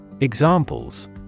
Examples